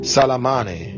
Salamane